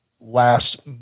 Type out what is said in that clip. last